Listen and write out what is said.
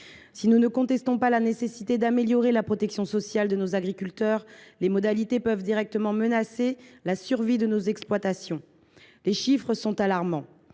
Si nous ne contestons pas la nécessité d’améliorer la protection sociale de nos agriculteurs, les mesures envisagées peuvent directement menacer la survie de nos exploitations. Les chiffres sont alarmants.